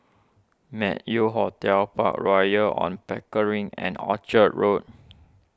Meng Yew Hotel Park Royal on Pickering and Orchard Road